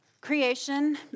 creation